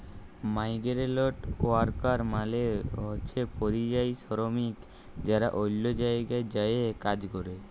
migrant worker মালে হছে পরিযায়ী শরমিক যারা অল্য জায়গায় যাঁয়ে কাজ ক্যরে